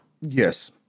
Yes